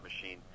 machine